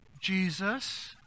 Jesus